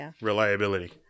reliability